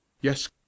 yes